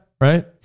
right